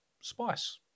Spice